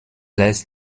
lies